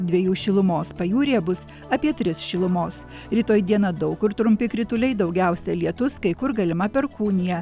dviejų šilumos pajūryje bus apie tris šilumos rytoj dieną daug kur trumpi krituliai daugiausia lietus kai kur galima perkūnija